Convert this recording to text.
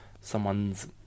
someone's